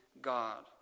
God